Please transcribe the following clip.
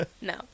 No